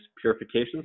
purification